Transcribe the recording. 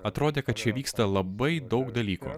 atrodė kad čia vyksta labai daug dalykų